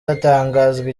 hatangazwa